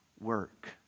work